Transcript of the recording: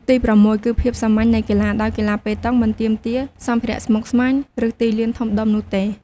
ទីប្រាំមួយគឺភាពសាមញ្ញនៃកីឡា ដោយកីឡាប៉េតង់មិនទាមទារសម្ភារៈស្មុគស្មាញ ឬទីលានធំដុំនោះទេ។